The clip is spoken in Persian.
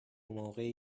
موقعی